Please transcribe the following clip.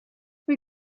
või